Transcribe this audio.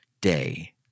day